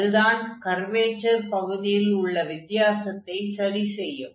அதுதான் கர்வேச்சர் பகுதியில் உள்ள வித்தியாசத்தைச் சரி செய்யும்